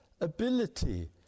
ability